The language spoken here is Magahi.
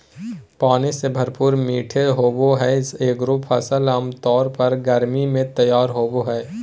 पानी से भरपूर मीठे होबो हइ एगोर फ़सल आमतौर पर गर्मी में तैयार होबो हइ